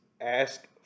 ask